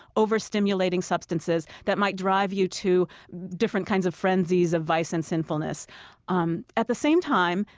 over-stimulating substances that might drive you to different kinds of frenzies of vice and sinfulness um at the same time,